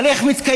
על איך מתקיימים,